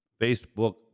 Facebook